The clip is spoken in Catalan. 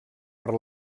per